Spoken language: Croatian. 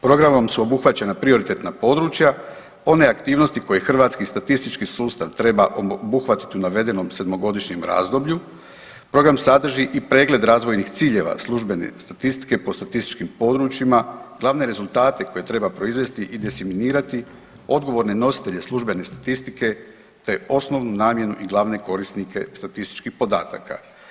Programom su obuhvaćena prioritetna područja, one aktivnosti koje Hrvatski statistički sustav treba obuhvatit u navedenom 7-godišnjem razdoblju, program sadrži i pregled razvojnih ciljeva službene statistike po statističkim područjima, glavne rezultate koje treba proizvesti i desiminirati, odgovorne nositelje službene statistike, te osnovnu namjenu i glavne korisnike statističkih podataka.